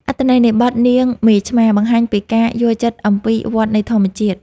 អត្ថន័យនៃបទ នាងមេឆ្មា បង្ហាញពីការយល់ដឹងអំពីវដ្តនៃធម្មជាតិ។